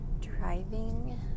driving